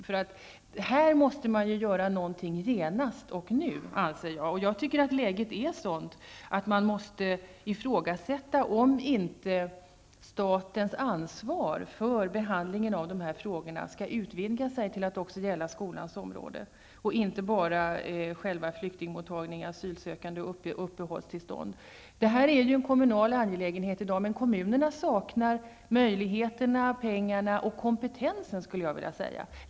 I detta sammanhang måste något göras genast. Jag anser att läget är sådant att man måste ifrågasätta om statens ansvar för behandlingen av dessa frågor inte skall utvidgas till att också gälla skolans område och inte bara själva flyktingmottagningen, de asylsökande och upphållstillstånden. Detta är ju en kommunal angelägenhet i dag, men kommunerna saknar möjligheterna, pengarna och kompetensen, skulle jag vilja säga.